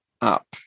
up